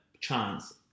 chance